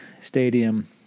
Stadium